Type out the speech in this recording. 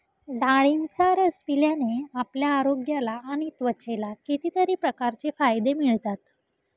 डाळिंबाचा रस पिल्याने आपल्या आरोग्याला आणि त्वचेला कितीतरी प्रकारचे फायदे मिळतात